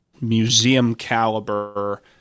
museum-caliber